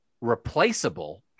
replaceable